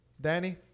Danny